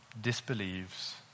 disbelieves